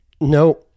No